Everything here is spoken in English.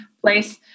place